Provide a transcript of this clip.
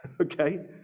Okay